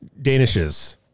danishes